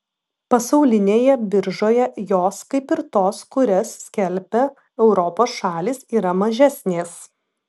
pasaulinėje biržoje jos kaip ir tos kurias skelbia europos šalys yra mažesnės